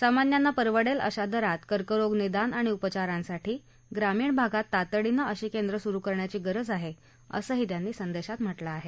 सामान्यांना परवडेल अशा दरात कर्करोग निदान आणि उपचारांसाठी ग्रामीण भागात तातडीनं अशी केंद्र सुरु करण्याची गरज आहे असं ही संदेशात लिहिलं आहे